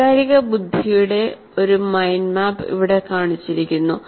വൈകാരിക ബുദ്ധിയുടെ ഒരു മൈൻഡ് മാപ്പ് ഇവിടെ കാണിച്ചിരിക്കുന്നു